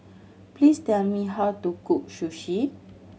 please tell me how to cook Sushi